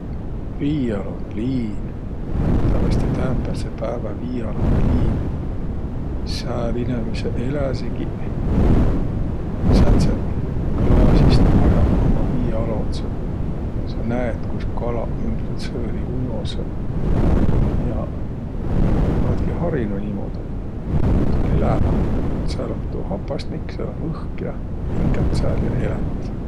Viialonõ liin, tävveste täämbädse päävä viialonõ liin, sääl inemiseq eläsegiq, sääntseq klaasist majaq ummaq viialodsõq. Sa näet, kuis kalaq ümbretsõõri ujosõq ja olõtki harinuq niimuudu sääl elämä. Sääl um tuu hapasnik, sääl um õhk ja hingät sääl ja elät.